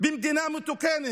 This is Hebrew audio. במדינה מתוקנת